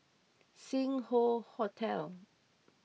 Sing Hoe Hotel